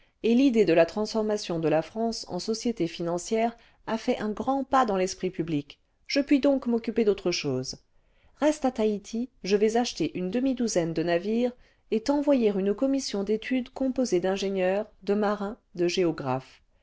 et l'idée de la transformation de la france en société financière a fait un grand pas dans l'esprit public je puis donc m'occuper d'antre chose reste à taïti je vais acheter une demi-douzaine de navires et t'envoyer une commission d'études composée d'ingénieurs de ma ma de géographes